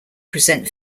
present